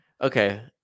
Okay